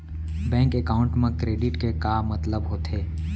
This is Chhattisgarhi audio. बैंक एकाउंट मा क्रेडिट के का मतलब होथे?